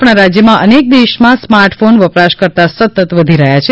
આપણા રાજ્યમાં અને દેશમાં સ્માર્ટફોન વપરાશકર્તા સતત વધી રહ્યા છે